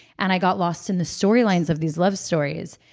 and i got lost in the storylines of these love stories.